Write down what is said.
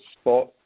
spot